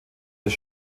des